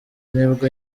nibwo